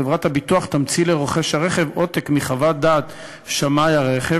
חברת הביטוח תמציא לרוכש הרכב עותק מחוות דעת שמאי הרכב,